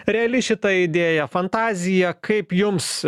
reali šita idėja fantazija kaip jums